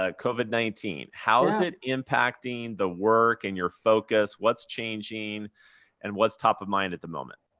ah covid nineteen. how is it impacting the work and your focus? what's changing and what's top of mind at the moment?